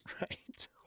Right